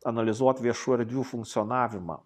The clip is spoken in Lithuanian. analizuot viešų erdvių funkcionavimą